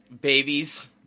Babies